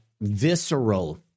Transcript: visceral